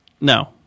No